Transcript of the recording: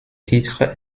titres